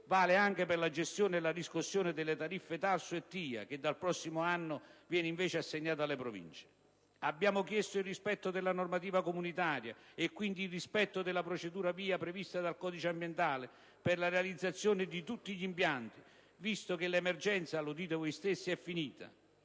vale anche per la gestione e la riscossione delle tariffe TARSU e TIA, che dal prossimo anno vengono invece assegnate alle Province. Abbiamo chiesto il rispetto della normativa comunitaria e, quindi, il rispetto della procedura VIA prevista dal codice ambientale per la realizzazione di tutti gli impianti, visto che l'emergenza - lo dite voi stessi - è finita.